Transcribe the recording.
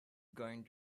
going